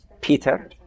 Peter